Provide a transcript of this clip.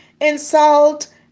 insult